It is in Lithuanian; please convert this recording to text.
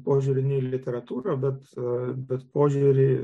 požiūrį ne į literatūrą bet bet požiūrį